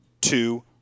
two